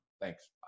Thanks